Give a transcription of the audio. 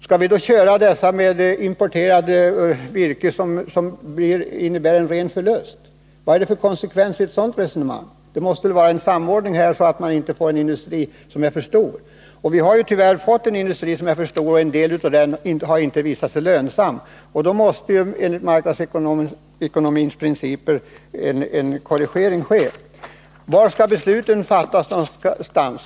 Skall vi då köra den med importerat virke, vilket leder till en direkt förlust? Vad är det för konsekvens i ett sådant resonemang? Det måste väl vara en samordning här, så att man inte får en för stor industri. Vi har tyvärr redan fått en industri som är för stor. En del av den har visat sig vara icke lönsam, och då måste enligt marknadsekonomiska principer en korrigering göras. Var skall besluten fattas någonstans?